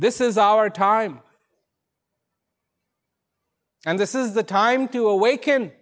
this is our time and this is the time to awaken